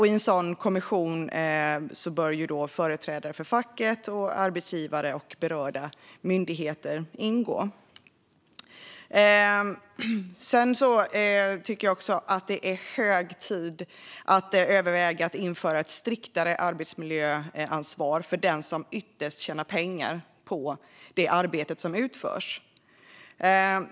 I en sådan kommission bör företrädare för fack, arbetsgivare och berörda myndigheter ingå. Jag tycker också att det är hög tid att överväga att införa ett striktare arbetsmiljöansvar för den som ytterst tjänar pengar på det arbete som utförs.